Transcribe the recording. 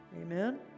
Amen